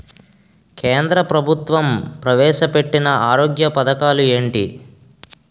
కేంద్ర ప్రభుత్వం ప్రవేశ పెట్టిన ఆరోగ్య పథకాలు ఎంటి?